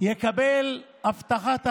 יקבל הבטחת הכנסה,